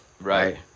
Right